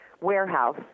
warehouse